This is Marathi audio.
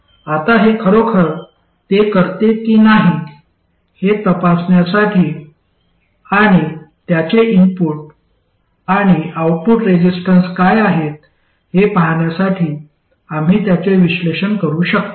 आता हे खरोखर ते करते की नाही हे तपासण्यासाठी आणि त्याचे इनपुट आणि आउटपुट रेसिस्टन्स काय आहेत हे पाहण्यासाठी आम्ही त्याचे पुढे विश्लेषण करू शकतो